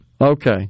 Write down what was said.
Okay